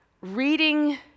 reading